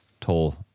toll